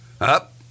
Up